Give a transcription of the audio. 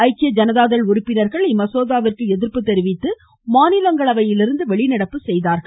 ஐக்கிய ஜனதா தள உறுப்பினர்கள் மசோதாவிற்கு எதிர்ப்பு தெரிவித்து அவையிலிருந்து வெளிநடப்பு செய்தனர்